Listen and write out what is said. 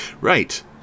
Right